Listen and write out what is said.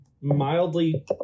mildly